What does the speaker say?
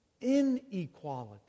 inequality